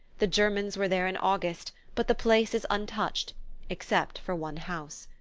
the germans were there in august, but the place is untouched except for one house.